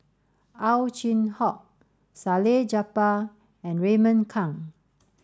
Ow Chin Hock Salleh Japar and Raymond Kang